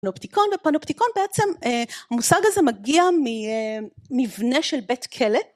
לאופטיקון ופנופטיקון בעצם המושג הזה מגיע ממבנה של בית כלא.